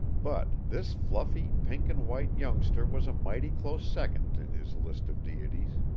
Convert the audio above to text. but this fluffy pink-and-white youngster was a mighty close second in his list of deities.